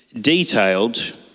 detailed